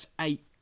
eight